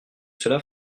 cela